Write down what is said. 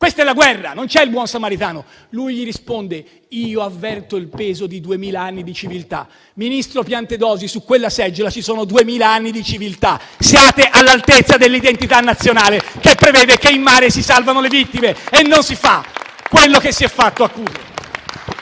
quella è la guerra e che non è il buon samaritano, lui gli risponde che avverte il peso di duemila anni di civiltà. Ebbene, ministro Piantedosi, su quella sedia ci sono duemila anni di civiltà, siate all'altezza dell'identità nazionale, che prevede che in mare si salvino le vittime e non si faccia quello che si è fatto a Cutro.